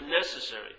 necessary